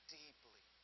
deeply